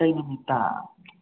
ꯀꯩ ꯅꯨꯃꯤꯠꯇ